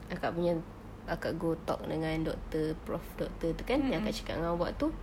akak punya akak go talk dengan doctor prof~ doctor itu kan yang akak cakap dengan awak itu